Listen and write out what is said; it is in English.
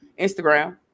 Instagram